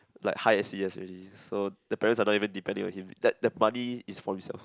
like high s_e_s already so the parents are not depending on him that that money is for himself